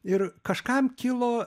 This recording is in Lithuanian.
ir kažkam kilo